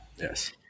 yes